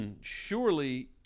surely